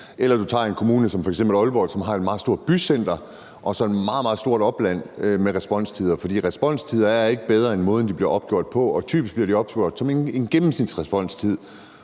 og det er en kommune som f.eks. Aalborg, som har et meget stort bycenter og så et meget, meget stort opland med længere responstider. Responstider er ikke bedre end måden, de bliver opgjort på, og typisk bliver de opgjort som en gennemsnitlig responstid.